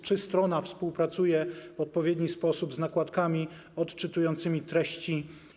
Czy strona współpracuje w odpowiedni sposób z nakładkami odczytującymi treści?